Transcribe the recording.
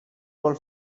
role